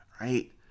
right